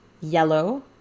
yellow